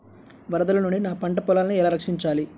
వరదల నుండి నా పంట పొలాలని ఎలా రక్షించాలి?